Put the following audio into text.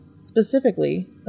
Specifically